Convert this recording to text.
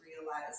realize